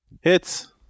hits